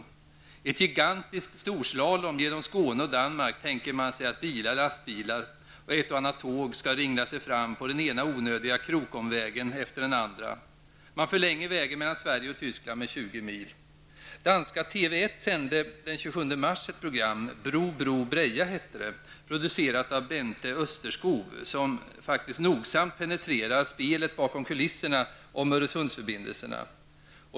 I ett gigantiskt storslalomlopp genom Skåne och Danmark tänker man sig att bilar, lastbilar och ett och annat tåg skall ringla sig fram på den ena onödiga krokvägen efter den andra. Man förlänger vägen mellan Sverige och Tyskland med 20 mil. Danska TV1 sände den 27 mars ett program, Bro, bro, breja hette det, producerat av Bente ?sterskov, som nogsamt penetrerar spelet bakom kulisserna om Öresundsförbindelserna.